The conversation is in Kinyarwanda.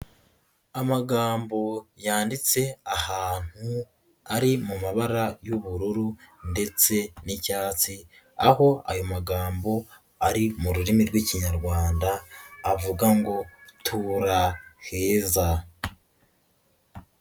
Amagambo yanditse ahantu ari mu mabara y'ubururu ndetse n'icyatsi, aho ayo magambo ari mu rurimi rw'Ikinyarwanda avuga ngo tuheza.